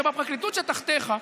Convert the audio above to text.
שבפרקליטות שתחתיך,